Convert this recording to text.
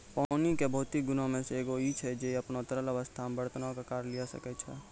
पानी के भौतिक गुणो मे से एगो इ छै जे इ अपनो तरल अवस्था मे बरतनो के अकार लिये सकै छै